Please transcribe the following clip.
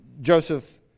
Joseph